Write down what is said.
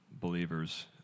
believers